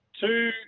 two